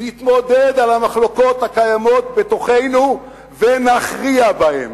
נתמודד על המחלוקות הקיימות בתוכנו ונכריע בהן.